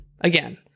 again